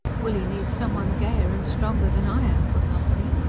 willie needs some one gayer and stronger than i am, for company.